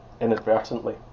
inadvertently